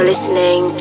Listening